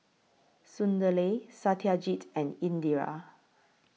Sunderlal Satyajit and Indira